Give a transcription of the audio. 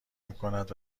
میکند